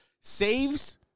saves